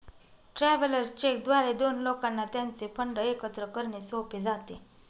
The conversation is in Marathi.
ट्रॅव्हलर्स चेक द्वारे दोन लोकांना त्यांचे फंड एकत्र करणे सोपे जाते